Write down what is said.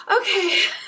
Okay